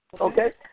Okay